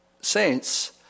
saints